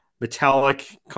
metallic